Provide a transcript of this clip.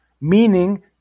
meaning